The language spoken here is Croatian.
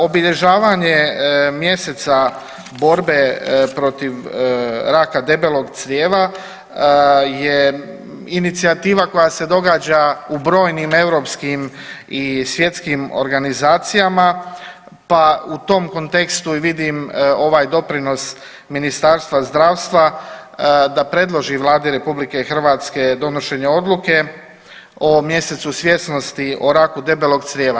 Obilježavanje Mjeseca borbe protiv raka debelog crijeva je inicijativa koja se događa u brojnim europskim i svjetskim organizacijama pa u tom kontekstu i vidim ovaj doprinos Ministarstva zdravstva da predloži Vladi Republike Hrvatske donošenje odluke o mjesecu svjesnosti o raku debelog crijeva.